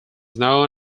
known